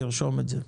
תרשום את זה.